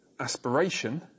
aspiration